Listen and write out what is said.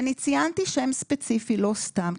ואני ציינתי שם ספציפי לא סתם,